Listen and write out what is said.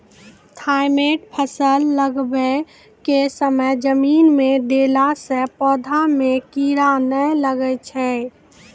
Thimet फ़सल लगाबै के समय जमीन मे देला से पौधा मे कीड़ा नैय लागै छै?